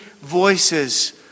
voices